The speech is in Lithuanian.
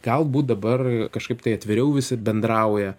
galbūt dabar kažkaip tai atviriau visi bendrauja